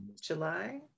July